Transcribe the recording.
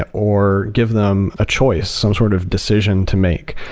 ah or give them a choice, some sort of decision to make.